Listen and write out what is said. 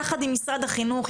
יחד עם משרד החינוך,